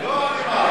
לא אלימה.